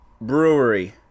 brewery